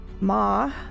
Ma